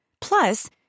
Plus